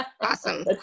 Awesome